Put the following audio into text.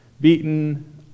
beaten